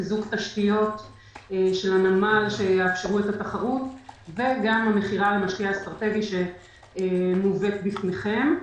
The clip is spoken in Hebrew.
חיזוק תשתיות של הנמל שיאפשרו את התחרות וגם המכירה שמובאת בפניכם.